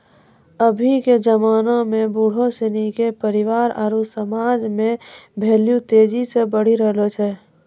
अभी के जबाना में बुढ़ो सिनी के परिवार आरु समाज मे भेल्यू तेजी से घटी रहलो छै